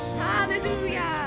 Hallelujah